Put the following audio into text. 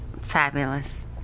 fabulous